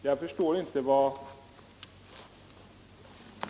Herr talman!